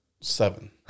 seven